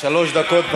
שלוש דקות.